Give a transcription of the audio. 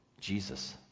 Jesus